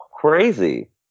crazy